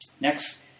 Next